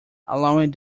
allowing